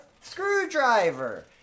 screwdriver